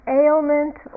ailment